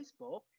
Facebook